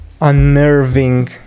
unnerving